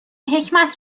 حکمت